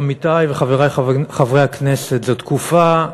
עמיתי וחברי חברי הכנסת, זו תקופה,